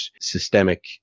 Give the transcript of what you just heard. systemic